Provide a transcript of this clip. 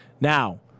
Now